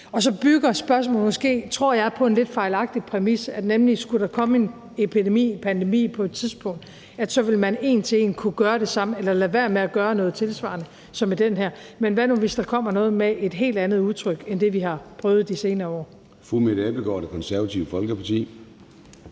jeg måske, at spørgsmålet bygger på en lidt fejlagtig præmis om, at skulle der komme en epidemi eller pandemi på et tidspunkt, så ville man en til en kunne gøre det samme eller lade være med at gøre noget tilsvarende, som man gjorde her. Men hvad nu, hvis der kommer noget med et helt andet udtryk end det, vi har prøvet de senere år?